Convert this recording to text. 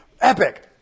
epic